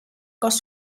cos